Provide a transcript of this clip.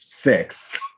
Six